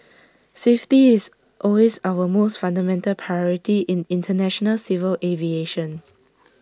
safety is always our most fundamental priority in International civil aviation